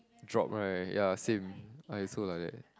drop right ya same I also like that